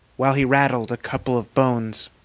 while he rattled a couple of bones.